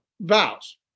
vows